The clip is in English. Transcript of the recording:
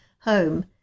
home